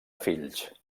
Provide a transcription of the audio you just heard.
fills